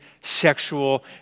sexual